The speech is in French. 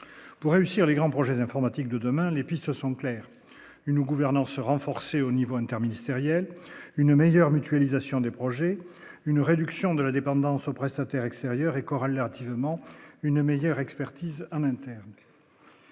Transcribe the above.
pour réussir les grands projets informatiques de demain, les pistes sont claires : une gouvernance renforcée au niveau interministériel, une meilleure mutualisation des projets, une réduction de la dépendance aux prestataires extérieurs et Coralie hâtivement une meilleure expertise en temps.